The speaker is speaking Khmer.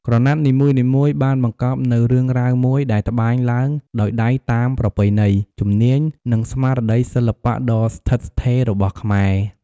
ក្រណាត់នីមួយៗបានបង្កប់នូវរឿងរ៉ាវមួយ ដែលត្បាញឡើងដោយដៃតាមប្រពៃណី ជំនាញ និងស្មារតីសិល្បៈដ៏ស្ថិតស្ថេររបស់ខ្មែរ។